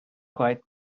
quite